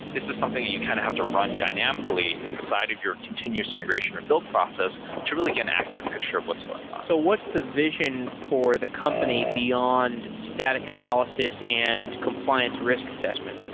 this is something you kind of have to run dynamically inside of your continuous integration or build process to really get an accurate picture of what's going on. so what's the vision for the company beyond static analysis and compliance risk assessment?